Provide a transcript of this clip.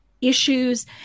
issues